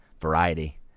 variety